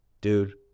Dude